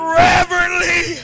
reverently